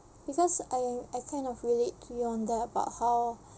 because I I I kind of relate to you on that about how